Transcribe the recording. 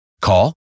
Call